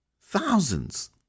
Thousands